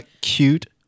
cute